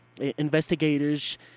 investigators